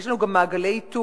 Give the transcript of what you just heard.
יש לנו גם מעגלי איתור.